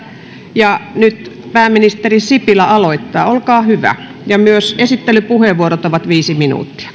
ja pääministeri sipilä aloittaa olkaa hyvä ja myös esittelypuheenvuorot ovat viisi minuuttia